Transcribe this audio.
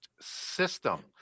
system